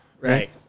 right